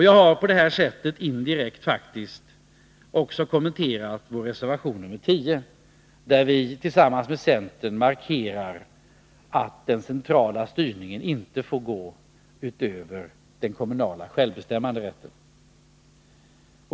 Jag har på det här sättet indirekt faktiskt också kommenterat reservation 10, där vi tillsammans med centern markerar att den centrala styrningen inte får gå ut över den kommunala självbestämmanderätten.